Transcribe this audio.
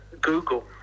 Google